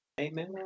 Amen